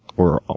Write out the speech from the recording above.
or,